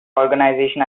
organization